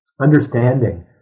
understanding